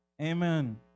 Amen